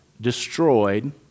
destroyed